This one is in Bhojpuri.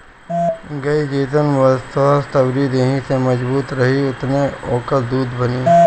गाई जेतना स्वस्थ्य अउरी देहि से मजबूत रही ओतने ओकरा दूध बनी